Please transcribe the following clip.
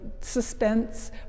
suspense